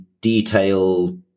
detail